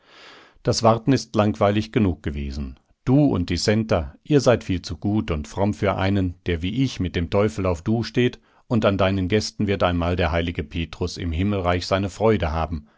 das warten ist langweilig genug gewesen du und die centa ihr seid viel zu gut und fromm für einen der wie ich mit dem teufel auf du steht und an deinen gästen wird einmal der heilige petrus im himmelreich seine freude haben